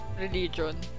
religion